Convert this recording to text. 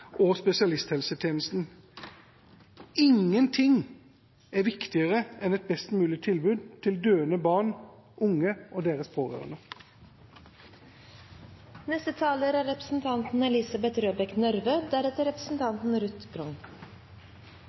og spesialisthelsetjenesten. Ingen ting er viktigere enn et best mulig tilbud til døende barn og unge og deres